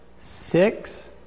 six